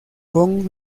con